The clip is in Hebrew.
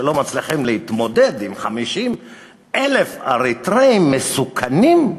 שלא מצליחים להתמודד עם 50,000 אריתריאים מסוכנים,